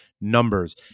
numbers